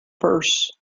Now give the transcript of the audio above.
purse